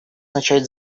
начать